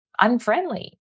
unfriendly